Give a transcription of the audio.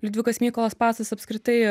liudvikas mykolas pacas apskritai